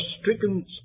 stricken